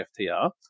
FTR